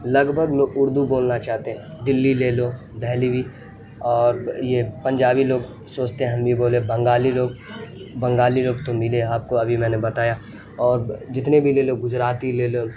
لگ بھگ اردو بولنا چاہتے ہیں دلی لے لو دہلوی اور یہ پنجابی لوگ سوچتے ہیں ہم بھی بولیں بنگالی لوگ بنگالی لوگ تو ملے آپ کو ابھی میں بتایا اور جتنے بھی لے لو گجراتی لے لو